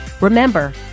Remember